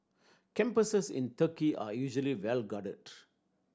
campuses in Turkey are usually well guarded